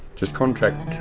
just contract,